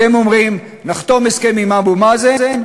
אתם אומרים: נחתום הסכם עם אבו מאזן,